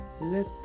let